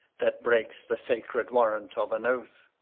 that breaks the sacred warrant of an oath.